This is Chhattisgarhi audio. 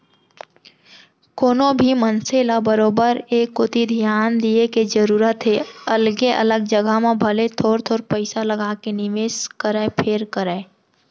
कोनो भी मनसे ल बरोबर ए कोती धियान दिये के जरूरत हे अलगे अलग जघा म भले थोर थोर पइसा लगाके निवेस करय फेर करय